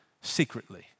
secretly